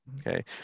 Okay